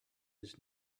his